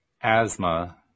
asthma